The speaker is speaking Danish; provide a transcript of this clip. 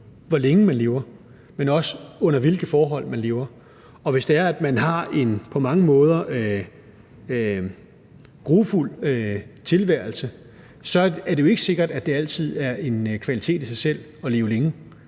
hvor længe man lever, men også på, under hvilke forhold man lever, og hvis det er, at man på mange måder har en grufuld tilværelse, så er det jo ikke sikkert, at det altid er en kvalitet i sig selv at leve længe.